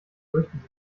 fürchten